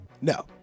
No